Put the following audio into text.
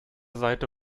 seite